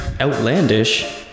Outlandish